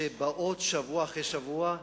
שבאות שבוע אחרי שבוע,